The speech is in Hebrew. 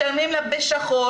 משלמים לה בשחור,